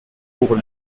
pour